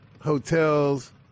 hotels